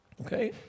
Okay